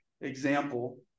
example